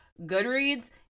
Goodreads